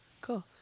Cool